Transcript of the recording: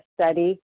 study